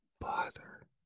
bother